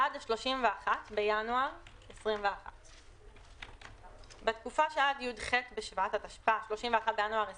עד 31 בינואר 2021. 1. בתקופה שעד י"ח בשבט התשפ"א (31 בינואר 2021),